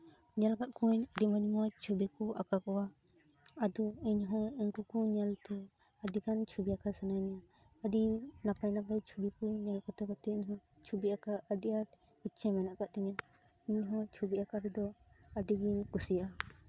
ᱧᱮᱞ ᱟᱠᱟᱫ ᱠᱚᱣᱟᱹᱧ ᱟᱹᱰᱤ ᱢᱚᱸᱡᱽᱼᱢᱚᱸᱡᱽ ᱪᱷᱚᱵᱤ ᱠᱚ ᱟᱸᱠᱟᱣ ᱠᱚᱣᱟ ᱟᱫᱚ ᱤᱧ ᱦᱚᱸ ᱩᱱᱠᱩ ᱠᱚ ᱧᱮᱞ ᱛᱮ ᱟᱹᱰᱤ ᱜᱟᱱ ᱪᱷᱚᱵᱤ ᱟᱸᱠᱟᱣ ᱥᱟᱱᱟᱧᱟ ᱟᱹᱰᱤ ᱱᱟᱯᱟᱭ ᱱᱟᱯᱟᱭ ᱪᱷᱚᱵᱤ ᱠᱚᱧ ᱧᱮᱞ ᱠᱚ ᱛᱟᱠᱚ ᱛᱮ ᱤᱧᱦᱚᱸ ᱪᱷᱚᱵᱤ ᱟᱸᱠᱟᱣ ᱟᱹᱰᱤ ᱟᱸᱴ ᱤᱪᱪᱷᱟᱹ ᱢᱮᱱᱟᱜ ᱟᱠᱟᱫ ᱛᱤᱧᱟᱹ ᱤᱧᱦᱚᱸ ᱪᱷᱚᱵᱤ ᱟᱸᱠᱟᱣ ᱨᱮᱫᱚ ᱟᱹᱰᱤᱜᱤᱧ ᱠᱩᱥᱤᱭᱟᱜᱼᱟ